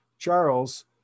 Charles